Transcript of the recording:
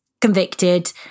convicted